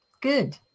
Good